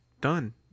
done